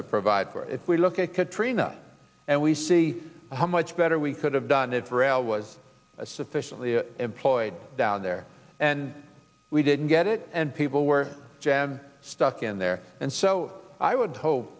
to provide for if we look at katrina and we see how much better we could have done it for a while was a sufficiently employed down there and we didn't get it and people were jam stuck in there and so i would hope